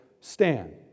stand